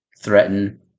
threaten